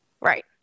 Right